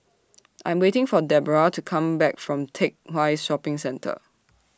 I Am waiting For Debroah to Come Back from Teck Whye Shopping Centre